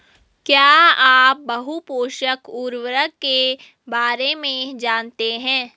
क्या आप बहुपोषक उर्वरक के बारे में जानते हैं?